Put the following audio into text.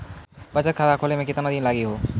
बचत खाता खोले मे केतना दिन लागि हो?